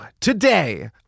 today